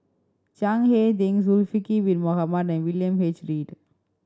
Chiang Hai Ding Zulkifli Bin Mohamed and William H Read